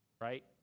right